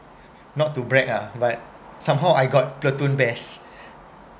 not to brag ah but somehow I got platoon best